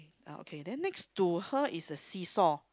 uh okay then next to her is a seesaw